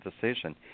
decision